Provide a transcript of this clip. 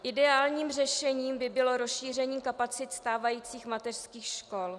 Ideálním řešením by bylo rozšíření kapacit stávajících mateřských škol.